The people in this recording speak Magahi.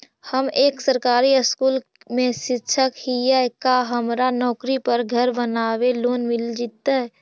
हम एक सरकारी स्कूल में शिक्षक हियै का हमरा नौकरी पर घर बनाबे लोन मिल जितै?